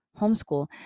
homeschool